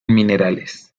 minerales